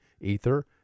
Ether